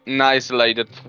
isolated